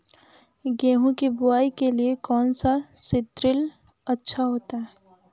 गेहूँ की बुवाई के लिए कौन सा सीद्रिल अच्छा होता है?